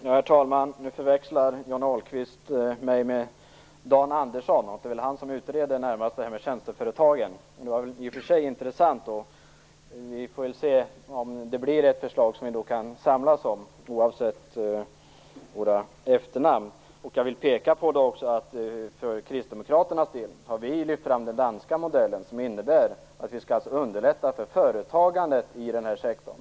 Herr talman! Johnny Ahlqvist förväxlar mig med Dan Andersson, som väl utreder frågan om tjänsteföretagen. Det skall i och för sig bli intressant att se om det blir ett förslag som vi kan samlas om, oavsett våra efternamn. Jag vill peka på att vi för kristdemokraternas del har lyft fram den danska modellen, som innebär att man underlättar för företagande i tjänstesektorn.